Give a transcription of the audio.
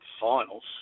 finals